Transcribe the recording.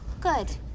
good